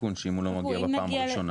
תיקון שאם הוא לא מגיע בפעם הראשונה.